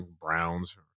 Browns